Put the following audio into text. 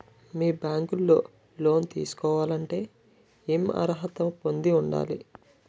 మీ bank లో loan తీసుకోవాలంటే ఎం అర్హత పొంది ఉండాలి?